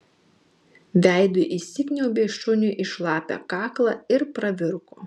veidu įsikniaubė šuniui į šlapią kaklą ir pravirko